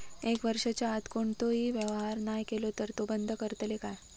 एक वर्षाच्या आत कोणतोही व्यवहार नाय केलो तर ता बंद करतले काय?